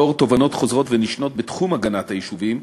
לאור תובנות חוזרות ונשנות בתחום הגנת היישובים,